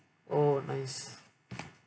oh nice